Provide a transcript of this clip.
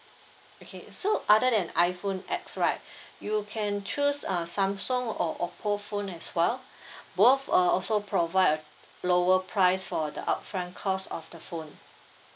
okay so other than iphone X right you can choose uh samsung or oppo phone as well both uh also provide a lower price for the upfront cost of the phone